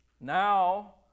Now